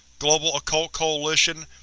global occult coalition,